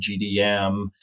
GDM